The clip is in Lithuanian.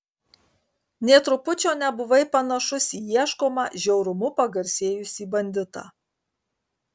nė trupučio nebuvai panašus į ieškomą žiaurumu pagarsėjusį banditą